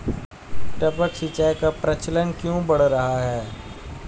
टपक सिंचाई का प्रचलन क्यों बढ़ रहा है?